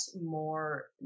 more